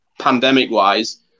pandemic-wise